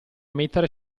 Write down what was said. mettere